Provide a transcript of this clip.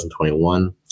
2021